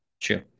True